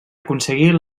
aconseguir